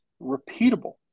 repeatable